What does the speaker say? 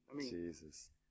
Jesus